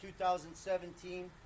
2017